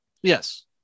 Yes